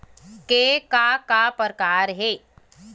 के का का प्रकार हे?